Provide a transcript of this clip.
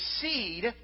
seed